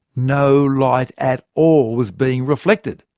no light at all was being reflected.